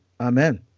Amen